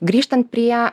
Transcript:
grįžtant prie